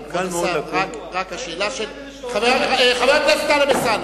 חבר הכנסת טלב אלסאנע.